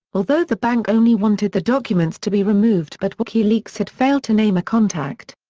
although the bank only wanted the documents to be removed but wikileaks had failed to name a contact.